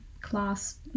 class